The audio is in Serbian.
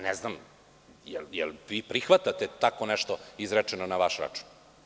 Ne znam da li prihvatate tako nešto izrečeno na vaš račun?